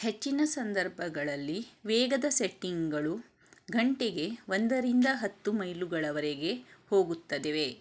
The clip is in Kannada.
ಹೆಚ್ಚಿನ ಸಂದರ್ಭಗಳಲ್ಲಿ ವೇಗದ ಸೆಟ್ಟಿಂಗ್ಗಳು ಗಂಟೆಗೆ ಒಂದರಿಂದ ಹತ್ತು ಮೈಲುಗಳವರೆಗೆ ಹೋಗುತ್ತವೆ